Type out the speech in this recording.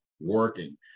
working